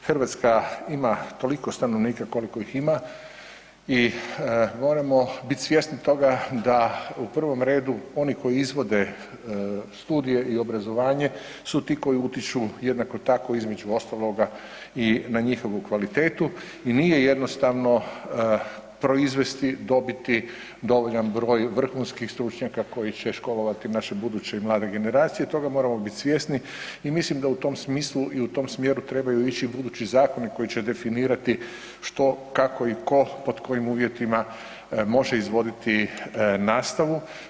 Hrvatska ima toliko stanovnika koliko ih ima i moramo bit svjesni toga da u prvom redu oni koji izvode studije i obrazovanje su ti koji udišu jednako tako između ostaloga i na njihovu kvalitetu i nije jednostavno proizvesti i dobiti dovoljan broj vrhunskih stručnjaka koji će školovati naše buduće i mlade generacije i toga moramo bit svjesni i mislim da u tom smislu i u tom smjeru trebaju ići budući zakoni koji će definirati što, kako i ko, pod kojim uvjetima može izvoditi nastavu.